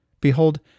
Behold